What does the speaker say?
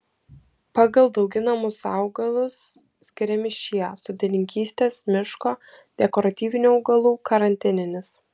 pagal dauginamus augalus skiriami šie sodininkystės miško dekoratyvinių augalų karantininis